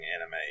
anime